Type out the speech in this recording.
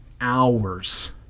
hours